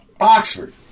oxford